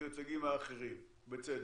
מיוצגים האחרים, בצדק.